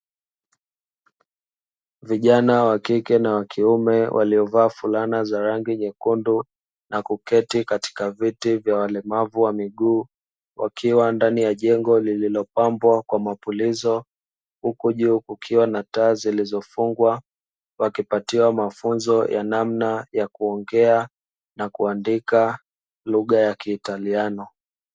Vijana wa kike na wa kiume waliovaa fulana za rangi nyekundu na kuketi katika viti vya walemavu wa miguu wakiwa ndani ya jengo lililopambwa kwa mapulizo huko juu kukiwa na taa zilizofungwa wakipatiwa mafunzo ya namna ya kuongea na kuandika lugha ya kitaliano